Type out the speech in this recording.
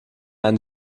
einen